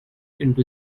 into